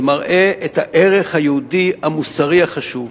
זה מראה את הערך היהודי המוסרי החשוב.